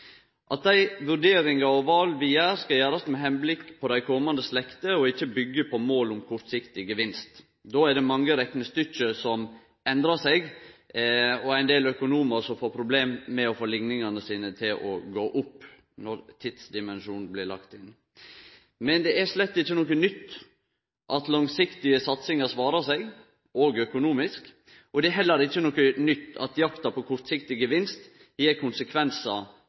at dei vurderingane og vala vi gjer, skal gjerast med tanke på dei komande slekter og ikkje byggje på mål om kortsiktig gevinst. Når tidsdimensjonen blir lagd til, er det mange reknestykke som endrar seg, og ein del økonomar får problem med å få likningane sine til å gå opp. Men det er slett ikkje noko nytt at langsiktige satsingar svarar seg – også økonomisk – og det er heller ikkje noko nytt at jakta på kortsiktig gevinst gjev konsekvensar